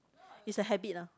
it's a habit ah